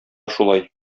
шулай